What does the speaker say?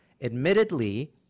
admittedly